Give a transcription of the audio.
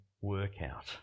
workout